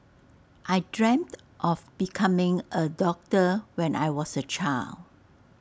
I dreamt of becoming A doctor when I was A child